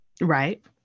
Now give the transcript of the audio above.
right